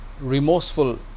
remorseful